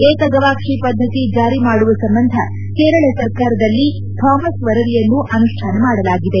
ಏಕಗವಾಕ್ಷಿ ಪದ್ಧತಿ ಜಾರಿ ಮಾಡುವ ಸಂಬಂಧ ಕೇರಳ ಸರ್ಕಾರದಲ್ಲಿ ಥಾಮಸ್ ವರದಿಯನ್ನು ಅನುಷ್ಠಾನ ಮಾಡಲಾಗಿದೆ